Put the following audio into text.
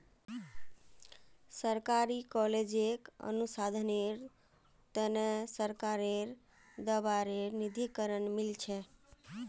सरकारी कॉलेजक अनुसंधानेर त न सरकारेर द्बारे निधीकरण मिल छेक